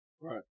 Right